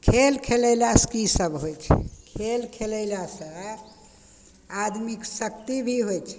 खेल खेलेलासँ की सब होइ छै खेल खेलेलासँ आदमीके शक्ति भी होइ छै